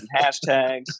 hashtags